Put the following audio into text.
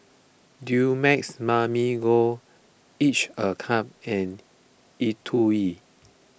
Dumex Mamil Gold Each A Cup and E twow